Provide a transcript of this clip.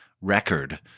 record